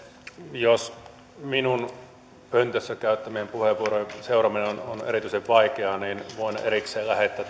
jos minun pöntössä käyttämieni puheenvuorojen seuraaminen on erityisen vaikeaa niin voin erikseen lähettää